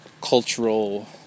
cultural